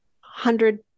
hundred